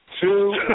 Two